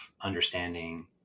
understanding